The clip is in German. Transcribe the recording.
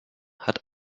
hat